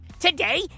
Today